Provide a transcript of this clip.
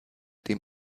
dem